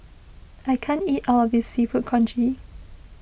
I can't eat all of this Seafood Congee